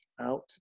out